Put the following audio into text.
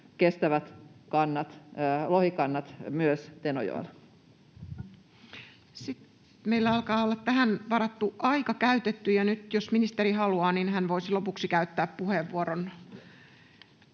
kestävät lohikannat myös Tenojoella. Sitten meillä alkaa olla tähän varattu aika käytetty. Ja nyt, jos ministeri haluaa, hän voisi lopuksi käyttää puheenvuoron.